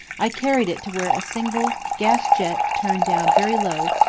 i carried it to where a single gas jet turned down very low,